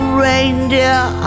reindeer